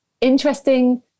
interesting